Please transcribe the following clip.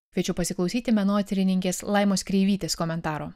kviečiu pasiklausyti menotyrininkės laimos kreivytės komentaro